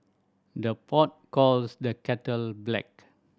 the pot calls the kettle black